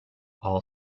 all